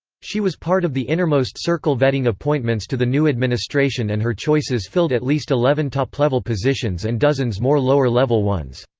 she was part of the innermost circle vetting appointments to the new administration and her choices filled at least eleven top-level positions and dozens more lower-level ones.